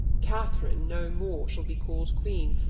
katherine no more shall be call'd queene,